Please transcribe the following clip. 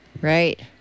Right